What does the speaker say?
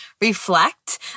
reflect